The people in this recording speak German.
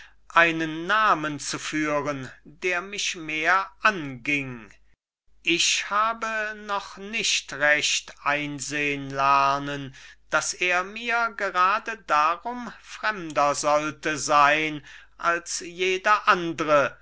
einen namen zu führen der mich mehr anging ich habe noch nicht recht einsehn lernen daß er mir gerade darum fremder sollte sein als jeder andre